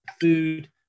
food